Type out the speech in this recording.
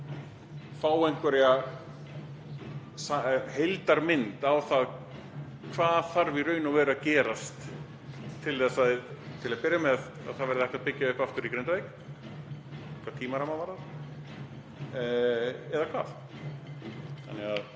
að fá einhverja heildarmynd af því hvað þarf í raun og veru að gerast til að byrja með til að það verði hægt að byggja upp aftur í Grindavík hvað tímarammann varðar, eða hvað?